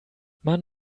man